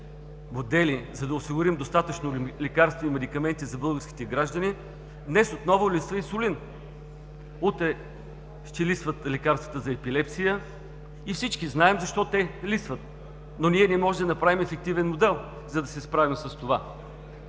модели, за да осигурим достатъчно лекарства и медикаменти за българските граждани, днес отново липсва инсулин, утре ще липсват лекарствата за епилепсия. Всички знаем защо те липсват, но не можем да направим ефективен модел, за да се справим с това,